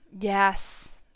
Yes